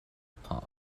park